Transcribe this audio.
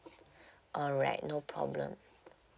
alright no problem